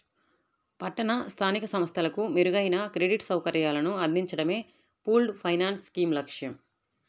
పట్టణ స్థానిక సంస్థలకు మెరుగైన క్రెడిట్ సౌకర్యాలను అందించడమే పూల్డ్ ఫైనాన్స్ స్కీమ్ లక్ష్యం